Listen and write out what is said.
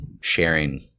sharing